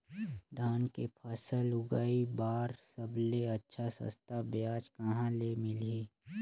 धान के फसल उगाई बार सबले अच्छा सस्ता ब्याज कहा ले मिलही?